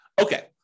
Okay